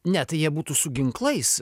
ne tai jie būtų su ginklais